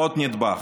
עוד נדבך.